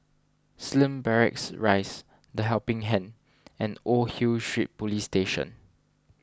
Slim Barracks Rise the Helping Hand and Old Hill Street Police Station